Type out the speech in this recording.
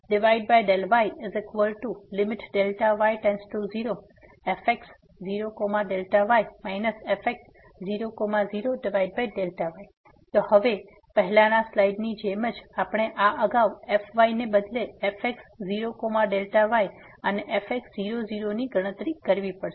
fx∂yfx0Δy fx00Δy તો હવે પહેલાની સ્લાઈડની જેમ આપણે આ અગાઉ fy ને બદલે fx0Δy અને fx00 ની ગણતરી કરવી પડશે